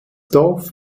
dorf